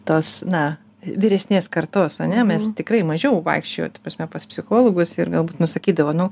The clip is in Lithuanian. tos na vyresnės kartos ane mes tikrai mažiau vaikščiojo ta prasme pas psichologus ir galbūt nu sakydavo nu